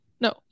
No